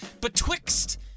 Betwixt